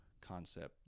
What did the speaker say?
concept